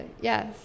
yes